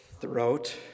throat